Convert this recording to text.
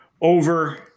over